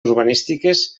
urbanístiques